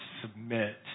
submit